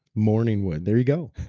morning wood there you go.